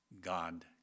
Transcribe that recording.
God